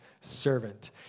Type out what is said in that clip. servant